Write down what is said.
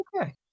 Okay